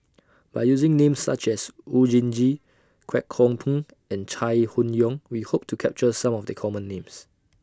By using Names such as Oon Jin Gee Kwek Hong Png and Chai Hon Yoong We Hope to capture Some of The Common Names